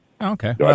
Okay